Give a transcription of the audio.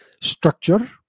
structure